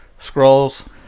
Scrolls